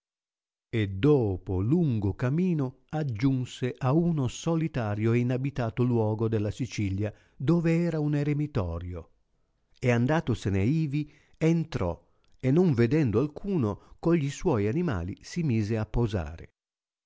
e dopo lungo camino aggiunse ad uno solitario e inabitato luogo della sicilia dove era un eremitorio e andatosene ivi entrò e non vedendo alcuno con gli suoi animali si mise a posare